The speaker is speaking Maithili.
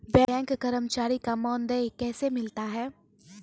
बैंक कर्मचारी का मानदेय कैसे मिलता हैं?